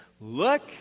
Look